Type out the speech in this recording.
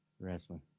wrestling